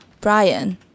Brian